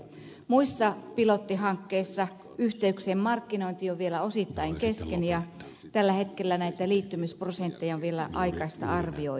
muissa pilottihankkeissa yhteyksien markkinointi on vielä osittain kesken ja tällä hetkellä näitä liittymisprosentteja on vielä aikaista arvioida